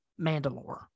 Mandalore